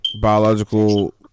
biological